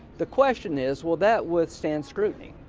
the question is will that withstand scrutiny?